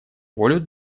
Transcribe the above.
волю